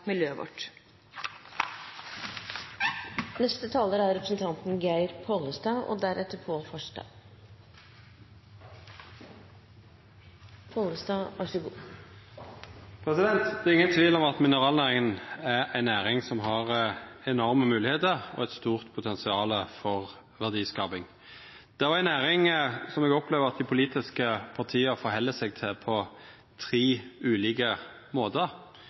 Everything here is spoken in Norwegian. Det er ingen tvil om at mineralnæringa er ei næring som har enorme moglegheiter og eit stort potensial for verdiskaping. Det er òg ei næring som eg opplever at dei politiske partia nærmar seg på tre ulike måtar.